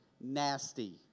nasty